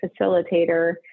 facilitator